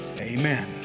Amen